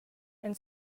and